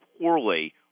poorly